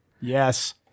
Yes